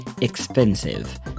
expensive